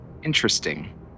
interesting